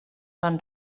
van